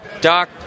Doc